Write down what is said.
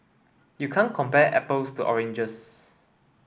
you can't compare apples to oranges